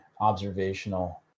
observational